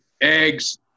Eggs